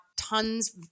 tons